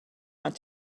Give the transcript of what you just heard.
want